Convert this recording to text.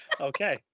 Okay